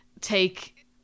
take